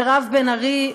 מירב בן ארי,